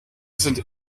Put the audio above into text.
sind